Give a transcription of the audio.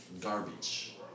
garbage